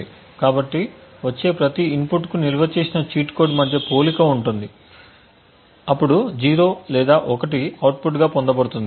కాబట్టి వచ్చే ప్రతి ఇన్పుట్కు నిల్వ చేసిన చీట్ కోడ్ మధ్య పోలిక ఉంటుంది మరియు అప్పుడు 0 లేదా 1 అవుట్పుట్ గా పొందబడుతుంది